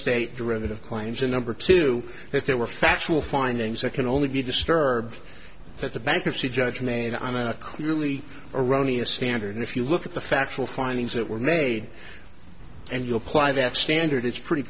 state derivative claims and number two that there were factual findings that can only be disturbed that the bankruptcy judge made on a clearly erroneous standard and if you look at the factual findings that were made and you apply that standard it's pretty